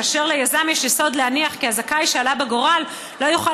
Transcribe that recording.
כאשר ליזם יש יסוד להניח כי הזכאי שעלה בגורל לא יוכל